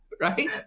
right